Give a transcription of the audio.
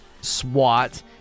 SWAT